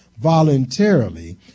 voluntarily